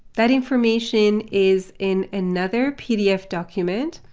that information is in another pdf document.